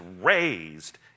raised